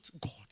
God